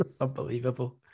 Unbelievable